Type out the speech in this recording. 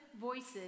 voices